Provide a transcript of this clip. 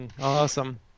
Awesome